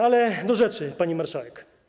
Ale do rzeczy, pani marszałek.